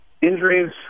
Injuries